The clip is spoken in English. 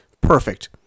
perfect